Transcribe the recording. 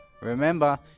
Remember